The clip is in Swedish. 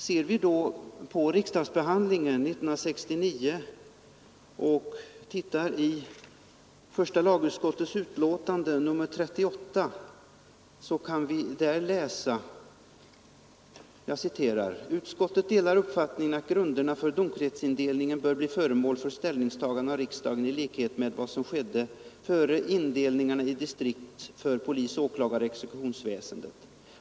Ser vi då på riksdagsbehandlingen 1969 och studerar första lagutskottets utlåtande nr 38 kan vi där läsa: ”Utskottet delar uppfattningen att grunderna för domkretsindelningen bör bli föremål för ställningstagande av riksdagen i likhet med vad som skedde före indelningarna i distrikt för polis-, åklagaroch exekutionsväsendet.